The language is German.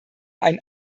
einen